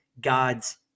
God's